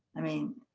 i mean,